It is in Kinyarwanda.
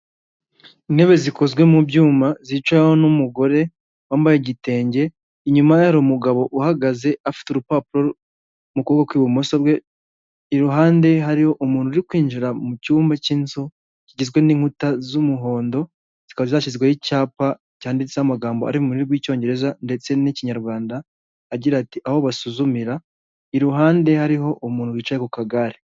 Intebe zikozwe mu byuma zicaweho n'umugore wambaye igitenge inyuma yari umugabo uhagaze afite urupapuro mu kuboko kw'ibumoso bwe. Iruhande hari umuntu uri kwinjira mu cyumba k'inzu kigizwe n'inkuta z'umuhondo zikaba zashyizweho icyapa cyanditseho amagambo ari mu rurimi rw'icyongereza ndetse n'ikinyarwanda agira ati aho basuzumira. Iruhande hariho umuntu wicaye ku kagare.